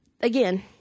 again